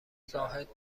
زاهد